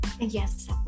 yes